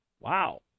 Wow